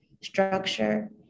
structure